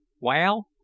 Well